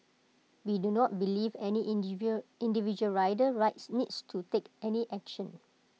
we do not believe any individual rider needs to take any action